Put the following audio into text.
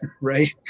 right